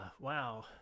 wow